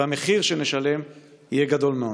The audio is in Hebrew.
והמחיר שנשלם יהיה גדול מאוד.